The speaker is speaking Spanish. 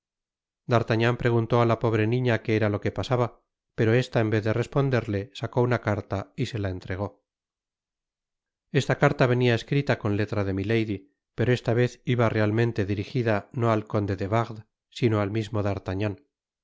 d'artagnan preguntó á la pobre niña que era lo que le pasaba pero esta en vez de responderle sacó una carta y se la entregó esta carta venia escrita con letra de milady pero esta vez iba realmente dirigida no al conde de wardes sino al mismo d'artagnan